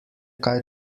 kaj